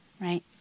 right